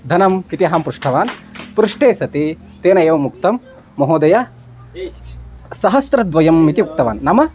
धनम् इति अहं पृष्टवान् पृष्टे सति तेन एवम् उक्तं महोदय सहस्रद्वयम् इति उक्तवान् नाम